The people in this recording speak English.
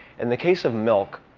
in the case of milk